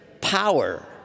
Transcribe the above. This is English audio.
power